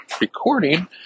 recording